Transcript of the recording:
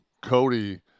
Cody